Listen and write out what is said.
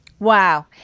wow